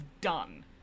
done